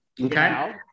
Okay